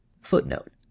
Footnote